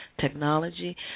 technology